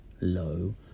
low